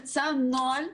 יצא נוהל,